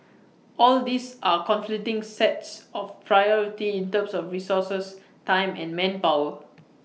all these are conflicting sets of priority in terms of resources time and manpower